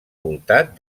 voltat